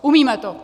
Umíme to.